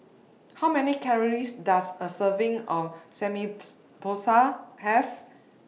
How Many Calories Does A Serving of Samgyeopsal Have